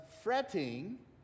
fretting